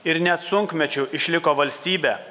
ir net sunkmečiu išliko valstybe